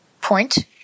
point